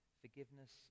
Forgiveness